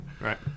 Right